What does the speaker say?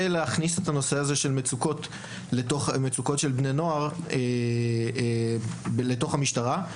להכניס את נושא מצוקות בני נוער לתוך המשטרה.